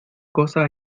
cosa